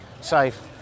safe